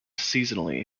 seasonally